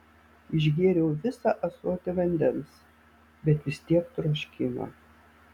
išgėriau visą ąsotį vandens bet vis tiek troškino